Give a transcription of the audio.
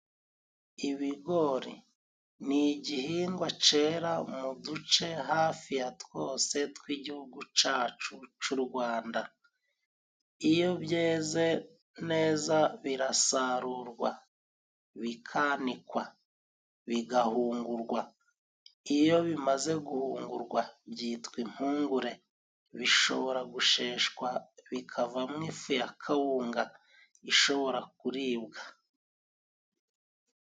Ibigori ni igihingwa cera mu duce hafi ya twose tw'igihugu cacu c'u Rwanda. Iyo byeze neza birasarurwa, bikanikwa, bigahungurwa. Iyo bimaze guhungurwa byitwa inkungure. Bishobora gusheshwa bikavamo ifu ya kawunga ishobora kuribwa.